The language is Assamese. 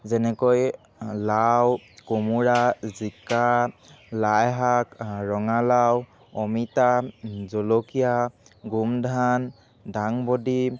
যেনেকৈ লাও কোমোৰা জিকা লাইশাক ৰঙালাও অমিতা জলকীয়া গোমধান দাংবডি